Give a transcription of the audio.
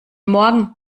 morgen